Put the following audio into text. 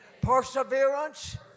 perseverance